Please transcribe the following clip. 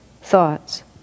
thoughts